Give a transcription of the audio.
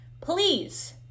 Please